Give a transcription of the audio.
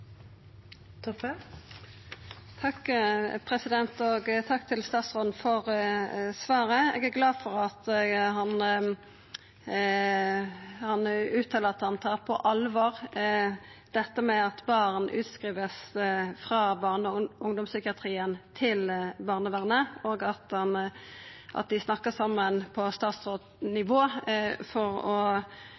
glad for at han uttaler at han tar på alvor at barn vert utskrivne frå barne- og ungdomspsykiatrien til barnevernet, og at dei snakkar saman på statsrådsnivå for å